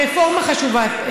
רפורמה חשובה.